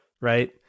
right